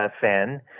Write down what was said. fan